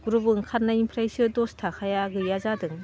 group ओंखारनायनिफ्रायसो दस थाखाया गैया जादों